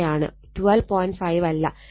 5 അല്ല